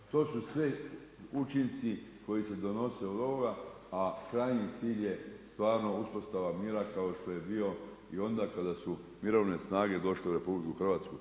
I to su sve učinci koji se donose u … a krajnji cilj je stvarno uspostava mjera kao što je bio i onda kada su mirovne snage došle u RH.